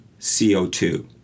CO2